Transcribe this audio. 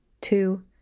Two